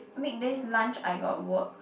weekdays lunch I got work